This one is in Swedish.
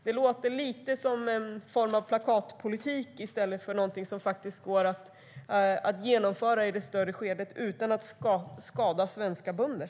Det låter lite som en form av plakatpolitik i stället för någonting som faktiskt går att genomföra utan att skada svenska bönder.